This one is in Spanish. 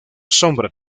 sombra